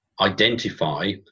identify